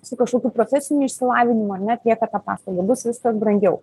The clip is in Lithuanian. su kažkokiu profesiniu išsilavinimu ar ne atlieka tą paslaugą bus viskas brangiau